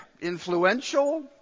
influential